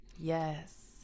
Yes